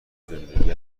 زندگی